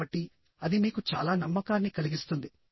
కాబట్టి అది మీకు చాలా నమ్మకాన్ని కలిగిస్తుంది